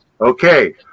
Okay